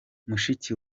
mushiki